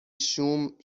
شوم